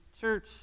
church